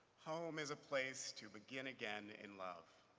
home is a place to begin again in love.